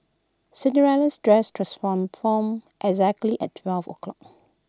Cinderella's dress transformed form exactly at twelve o'clock